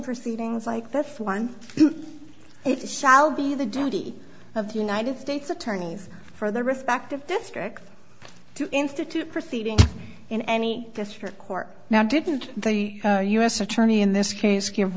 proceedings like this one it shall be the duty of the united states attorneys for their respective district to institute proceedings in any district court now didn't the u s attorney in this case give